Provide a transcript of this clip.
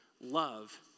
Love